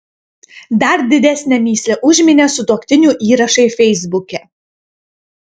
dar didesnę mįslę užminė sutuoktinių įrašai feisbuke